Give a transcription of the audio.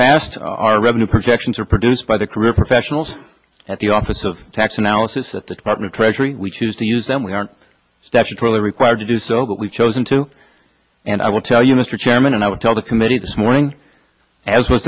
past our revenue projections are produced by the career professionals at the office of tax analysis at the department treasury we choose to use them we aren't statutorily required to do so but we've chosen to and i will tell you mr chairman and i would tell the committee this morning as was